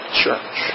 church